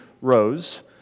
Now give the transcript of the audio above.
rose